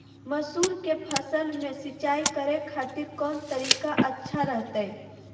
मसूर के फसल में सिंचाई करे खातिर कौन तरीका अच्छा रहतय?